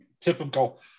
typical